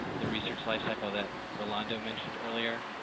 the research life cycle that rolando mentioned earlier,